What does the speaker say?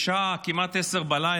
בשעה כמעט 22:00,